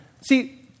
See